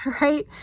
right